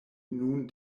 nun